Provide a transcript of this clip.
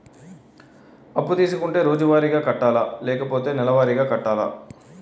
అప్పు తీసుకుంటే రోజువారిగా కట్టాలా? లేకపోతే నెలవారీగా కట్టాలా?